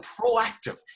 proactive